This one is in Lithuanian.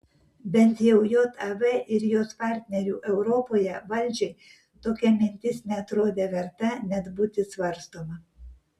bent jau jav ir jos partnerių europoje valdžiai tokia mintis neatrodė verta net būti svarstoma